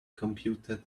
computed